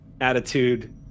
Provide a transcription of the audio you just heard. attitude